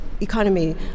economy